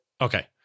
Okay